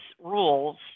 rules